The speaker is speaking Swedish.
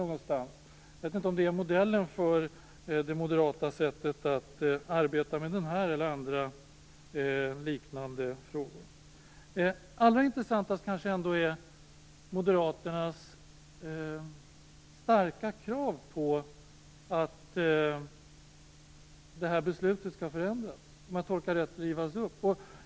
Jag vet inte om det är modellen för det moderata sättet att arbeta med den här eller andra liknande frågor. Det allra mest intressanta är kanske ändå moderaternas starka krav på att beslutet skall förändras och, om jag tolkade det rätt, rivas upp.